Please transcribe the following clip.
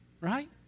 right